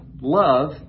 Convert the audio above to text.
love